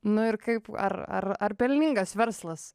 nu ir kaip ar ar ar pelningas verslas